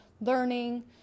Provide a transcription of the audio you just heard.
learning